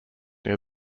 near